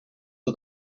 for